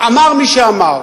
אמר מי שאמר.